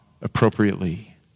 appropriately